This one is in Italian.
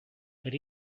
per